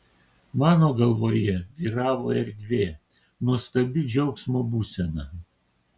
mano galvoje vyravo erdvė nuostabi džiaugsmo būsena